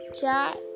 chat